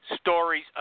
stories